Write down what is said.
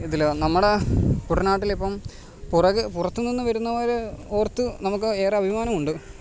ഇതില് നമ്മുടെ കുട്ടനാട്ടിലിപ്പോള് പുറക് പുറത്തുനിന്ന് വരുന്നവര് ഓർത്ത് നമുക്ക് ഏറെ അഭിമാനമുണ്ട്